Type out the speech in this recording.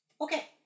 okay